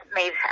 made